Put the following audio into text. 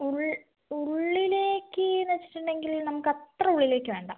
ഉള് ഉള്ളിലേക്ക് എന്ന് വെച്ചിട്ടുണ്ടെങ്കിൽ നമുക്കത്ര ഉള്ളിലേക്ക് വേണ്ട